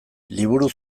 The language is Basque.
liburu